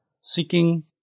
seeking